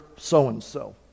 so-and-so